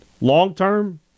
Long-term